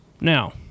now